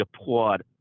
applaud